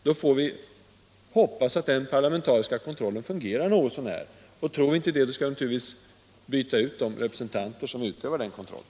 Då får vi hoppas att den parlamentariska kontrollen fungerar något så när. Tror vi inte det, skall vi naturligtvis byta ut de representanter som utövar kontrollen.